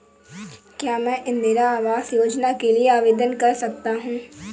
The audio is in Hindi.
क्या मैं इंदिरा आवास योजना के लिए आवेदन कर सकता हूँ?